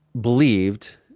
believed